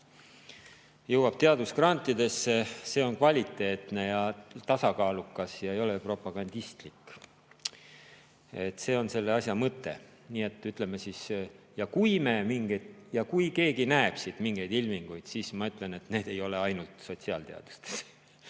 jõuab teadusgrantidesse, on kvaliteetne ja tasakaalukas ega ole propagandistlik. See on asja mõte. Ja kui keegi näeb siin mingeid ilminguid, siis ma ütlen, et need ei ole ainult sotsiaalteaduste